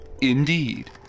Indeed